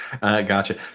Gotcha